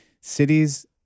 Cities